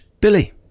Billy